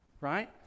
right